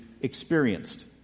experienced